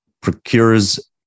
procures